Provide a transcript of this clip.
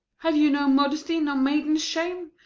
have you no modesty, no maiden shame,